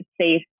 safe